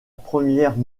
première